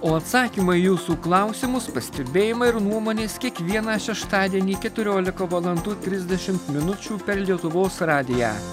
o atsakymą į jūsų klausimus pastebėjimai ir nuomonės kiekvieną šeštadienį keturiolika valandų trisdešimt minučių per lietuvos radiją